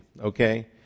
okay